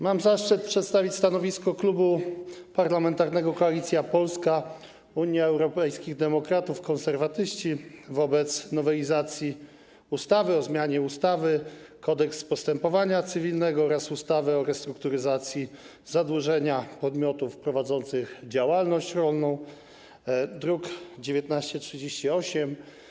Mam zaszczyt przedstawić stanowisko Klubu Parlamentarnego Koalicja Polska - PSL, Unia Europejskich Demokratów, Konserwatyści wobec nowelizacji ustawy o zmianie ustawy - Kodeks postępowania cywilnego oraz ustawy o restrukturyzacji zadłużenia podmiotów prowadzących działalność rolną, druk nr 1938.